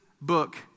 book